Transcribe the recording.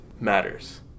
matters